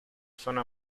zona